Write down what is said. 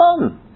fun